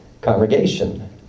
congregation